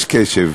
יש קשב.